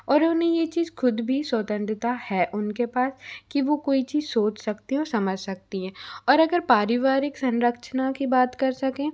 और उन्हें ये चीज़ ख़ुद भी स्वतंत्रता है उनके पास कि वो कोई चीज़ सोच सकतीं और समझ सकतीं हैं और अगर पारिवारिक संरक्षना की बात कर सकें